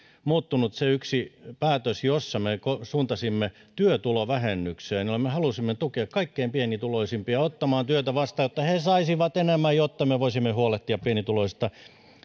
muuttunut se yksi päätös jonka me suuntasimme työtulovähennykseen jolloin me halusimme tukea kaikkein pienituloisimpia ottamaan työtä vastaan jotta he he saisivat enemmän jotta me voisimme huolehtia pienituloisista